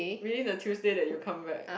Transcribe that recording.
meaning the Tuesday that you come back